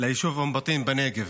ליישוב אום בטין בנגב.